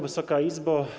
Wysoka Izbo!